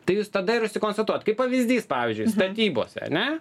tai jūs tada ir užsikonstatuojat kaip pavyzdys pavyzdžiui statybose ane